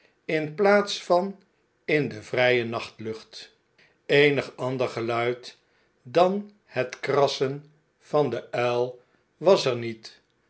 in plaats van in de vrije nachtlucht eenig ander geluid dan het krassen van den uil was er niet